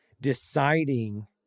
deciding